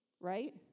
Right